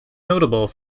notable